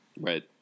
Right